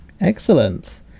excellent